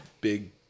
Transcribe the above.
big